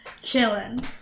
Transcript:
chilling